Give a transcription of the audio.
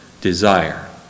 desire